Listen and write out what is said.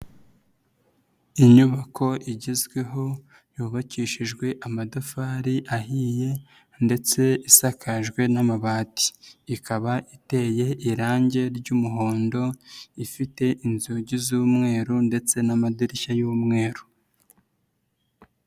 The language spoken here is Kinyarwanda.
Inyubako igezweho yubakishijwe amatafari ahiye ndetse isakajwe n'amabati, ikaba iteye irange ry'umuhondo ifite inzugi z'umweru ndetse n'amadirishya y'umweru.